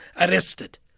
arrested